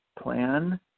plan